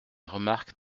remarques